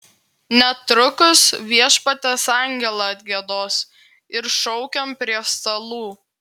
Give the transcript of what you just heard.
netrukus viešpaties angelą atgiedos ir šaukiam prie stalų